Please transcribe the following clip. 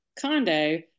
condo